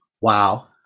Wow